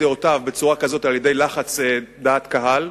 דעותיו בצורה כזאת על-ידי לחץ דעת קהל.